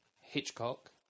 Hitchcock